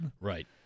Right